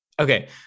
Okay